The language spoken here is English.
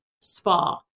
spa